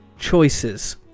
choices